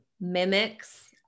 mimics